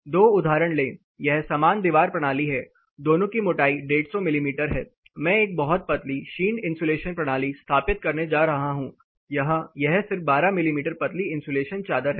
दो उदाहरण लें यह समान दीवार प्रणाली है दोनों की मोटाई 150 मिमी है मैं एक बहुत पतली क्षीण इन्सुलेशन प्रणाली स्थापित करने जा रहा हूं यहाँ यह सिर्फ 12 मिमी पतली इन्सुलेशन चादर है